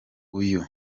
uyu